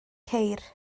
ceir